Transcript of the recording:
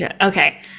Okay